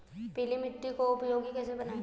पीली मिट्टी को उपयोगी कैसे बनाएँ?